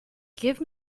give